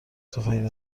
تفنگ